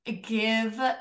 give